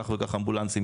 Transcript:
כך וכך אמבולנסים,